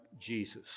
Jesus